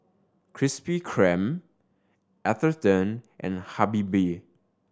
Krispy Kreme Atherton and Habibie